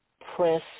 Press